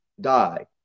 die